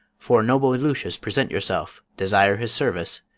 fore noble lucius present yourself, desire his service,